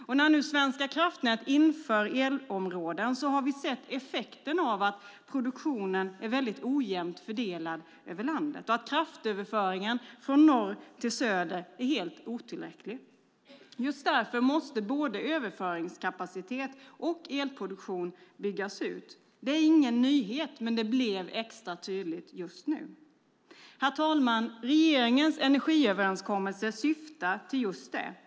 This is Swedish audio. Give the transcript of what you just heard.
Och när nu Svenska kraftnät inför elområden har vi sett effekten av att produktionen är väldigt ojämnt fördelad över landet och att kraftöverföringen från norr till söder är helt otillräcklig. Just därför måste både överföringskapacitet och elproduktion byggas ut. Det är ingen nyhet, men det blev extra tydligt just nu. Herr talman! Regeringens energiöverenskommelse syftar till just det.